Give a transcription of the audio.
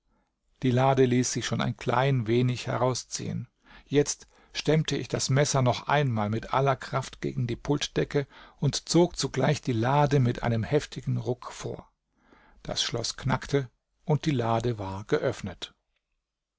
die lade ließ sich schon ein klein wenig herausziehen jetzt stemmte ich das messer noch einmal mit aller kraft gegen die pultdecke und zog zugleich die lade mit einem heftigen ruck vor das schloß knackte und die lade war geöffnet